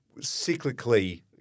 Cyclically